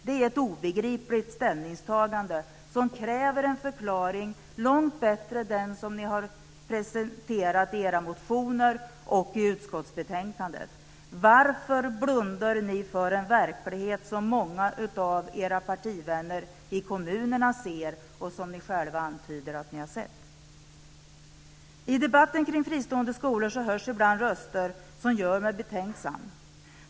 Det är ett obegripligt ställningstagande som kräver en förklaring, långt bättre än den ni presterat i era motioner och i utskottsbetänkandet. Varför blundar ni för en verklighet som många av era partivänner i kommunerna ser och som ni själva antyder att ni har sett? I debatten kring fristående skolor hörs ibland röster som gör mig betänksam.